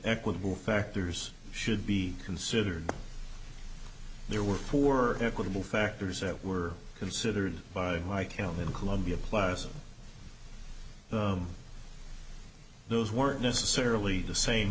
equitable factors should be considered there were four or equitable factors that were considered by my count in columbia plaza those weren't necessarily the same